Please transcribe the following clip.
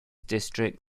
district